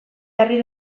jarri